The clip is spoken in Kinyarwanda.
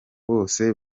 bose